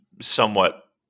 somewhat